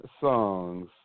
songs